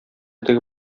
теге